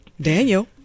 Daniel